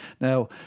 Now